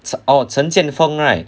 是 orh 陈键锋 right